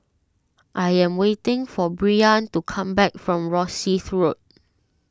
I am waiting for Breann to come back from Rosyth Road